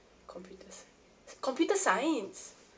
computer science computer science